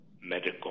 Medical